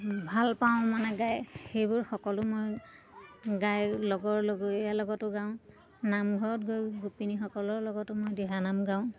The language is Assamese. ভাল পাওঁ মানে গাই সেইবোৰ সকলো মই গাই লগৰ লগৰীয়া লগতো গাওঁ নামঘৰত গৈ গোপিনীসকলৰ লগতো মই দিহানাম গাওঁ